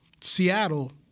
Seattle